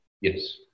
Yes